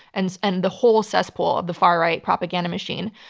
and and the whole cesspool of the far right propaganda machine,